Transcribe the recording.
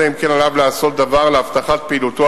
אלא אם כן עליו לעשות דבר להבטחת פעילותו